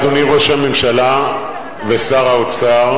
אדוני ראש הממשלה ושר האוצר,